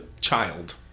child